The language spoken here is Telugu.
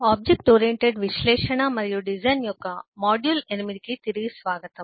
ఆబ్జెక్ట్ ఓరియెంటెడ్ విశ్లేషణ మరియు డిజైన్ యొక్క మాడ్యూల్ 8 కు తిరిగి స్వాగతం